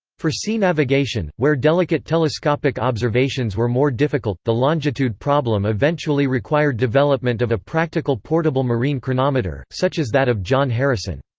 for sea navigation, where delicate telescopic observations were more difficult, the longitude problem eventually required development of a practical portable marine chronometer, such as that of john harrison.